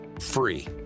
free